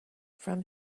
from